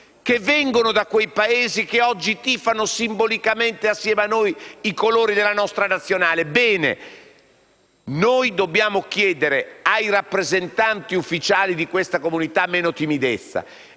che vengono da quei Paesi e che oggi tifano simbolicamente insieme a noi i colori della nostra nazionale di calcio. Noi dobbiamo chiedere ai rappresentanti ufficiali di questa comunità meno timidezza